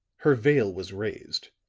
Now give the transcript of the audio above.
her veil was raised,